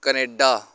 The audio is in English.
Canada